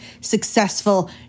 successful